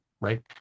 right